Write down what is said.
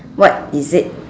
what is it